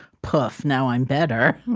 poof! now i'm better.